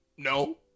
No